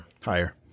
Higher